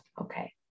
Okay